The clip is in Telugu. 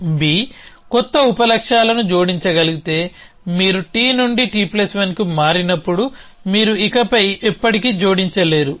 B కొత్త ఉప లక్ష్యాలను జోడించగలిగితే మీరు T నుండి T1 కి మారినప్పుడు మీరు ఇకపై ఎప్పటికీ జోడించలేరు